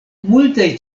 multaj